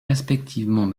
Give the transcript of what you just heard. respectivement